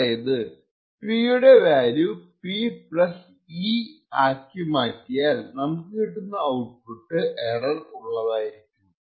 അതായതു P യുടെ value P e ആക്കി മാറ്റിയാൽ നമുക്ക് കിട്ടുന്ന ഔട്പുട്ട് എറർ ഉള്ളതായിരിക്കും